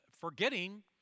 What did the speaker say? forgetting